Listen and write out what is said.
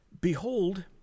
Behold